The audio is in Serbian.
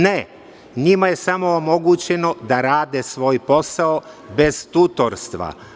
Ne, njima je samo omogućeno da rade svoj posao bez tutorstva.